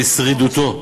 לשרידותו,